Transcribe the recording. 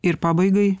ir pabaigai